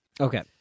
Okay